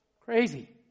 Crazy